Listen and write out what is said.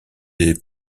des